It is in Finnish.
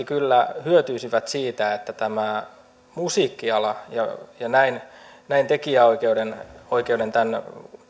kyllä hyötyisivät siitä että musiikkiala ja ja tekijänoikeudet tämän